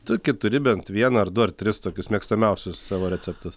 tokį turi bent vieną ar du ar tris tokius mėgstamiausius savo receptus